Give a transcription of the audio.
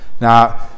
Now